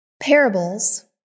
Parables